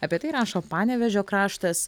apie tai rašo panevėžio kraštas